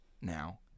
now